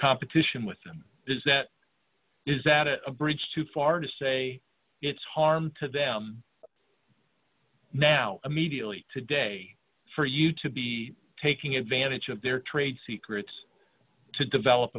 competition with them is that is that a bridge too far to say it's harm to them now immediately today for you to be taking advantage of their trade secrets to develop